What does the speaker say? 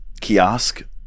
kiosk